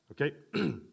Okay